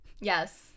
Yes